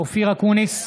אופיר אקוניס,